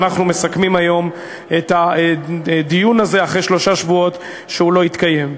ואנחנו מסכמים היום את הדיון הזה אחרי שלושה שבועות שהוא לא התקיים.